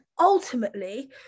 ultimately